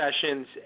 sessions